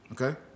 Okay